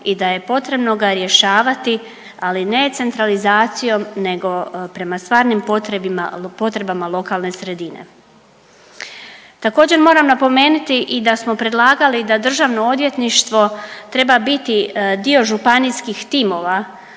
i da je potrebno ga rješavati, ali ne centralizacijom nego prema stvarnim potrebama lokalne sredine. Također moram napomenuti i da smo predlagali da državno odvjetništvo treba biti dio županijskih timova